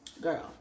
girl